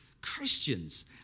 Christians